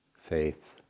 faith